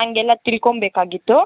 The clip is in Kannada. ಹಂಗೆಲ್ಲ ತಿಳ್ಕೋಬೇಕಾಗಿತ್ತು